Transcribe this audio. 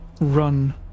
run